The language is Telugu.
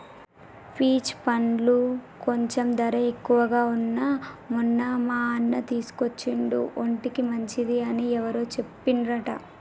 పీచ్ పండ్లు కొంచెం ధర ఎక్కువగా వున్నా మొన్న మా అన్న తీసుకొచ్చిండు ఒంటికి మంచిది అని ఎవరో చెప్పిండ్రంట